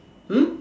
hmm